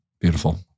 beautiful